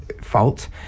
fault